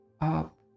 up